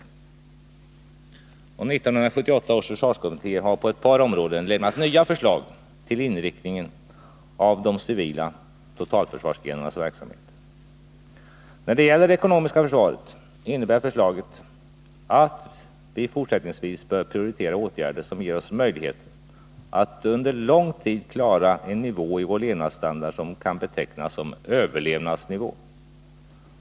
1978 års försvarskommitté har på ett par områden lämnat nya förslag till inriktning av de civila totalförsvarsgrenarnas verksamhet. När det gäller det ekonomiska försvaret innebär förslagen att vi fortsättningsvis bör prioritera åtgärder som ger oss möjligheter att under lång tid klara en nivå i vår levnadsstandard som kan betecknas som ”överlev nadsnivå”.